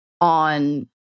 on